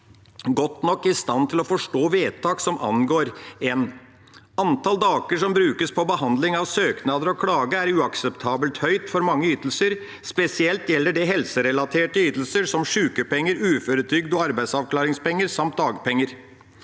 godt nok satt i stand til å forstå vedtak som angår dem. Antall dager som brukes på behandling av søknader og klage, er uakseptabelt høyt for mange ytelser. Spesielt gjelder det helserelaterte ytelser som sykepenger, uføretrygd og arbeidsavklaringspenger samt dagpenger.